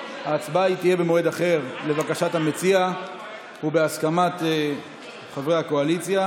לבקשת המציע ובהסכמת חברי הקואליציה.